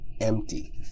empty